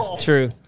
true